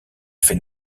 fait